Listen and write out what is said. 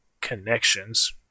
connections